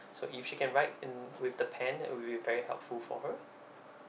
so if she can write in with the pen that will be very helpful for her